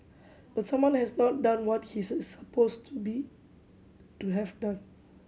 but someone has not done what he is suppose to be to have done